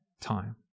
time